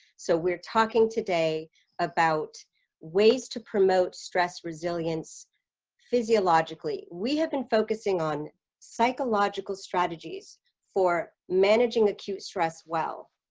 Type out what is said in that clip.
so we're talking today about ways to promote stress resilience physiologically we have been focusing on psychological strategies for managing acute stress well